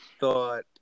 thought –